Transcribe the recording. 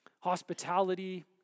hospitality